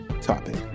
topic